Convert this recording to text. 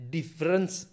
Difference